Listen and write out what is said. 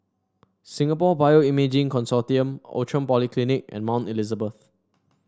Singapore Bioimaging Consortium Outram Polyclinic and Mount Elizabeth